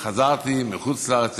אל תדאג,